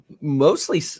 mostly